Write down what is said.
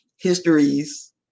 histories